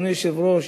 אדוני היושב-ראש,